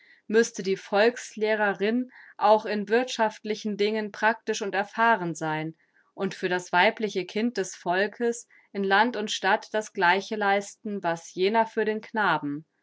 müßte die volkslehrer in auch in wirthschaftlichen dingen practisch und erfahren sein und für das weibliche kind des volkes in land und stadt das gleiche leisten was jener für den knaben